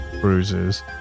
bruises